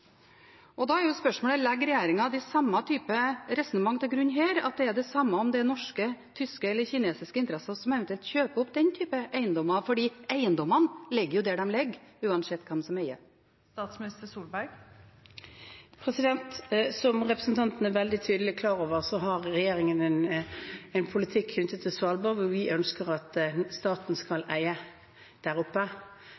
og da er spørsmålet: Legger regjeringen samme type resonnement til grunn her, at det er det samme om det er norske, tyske eller kinesiske interesser som eventuelt kjøper opp den typen eiendommer, for eiendommene ligger jo der de ligger, uansett hvem som eier dem? Som representanten er veldig klar over, har regjeringen en politikk knyttet til Svalbard. Vi ønsker at staten skal